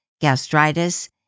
gastritis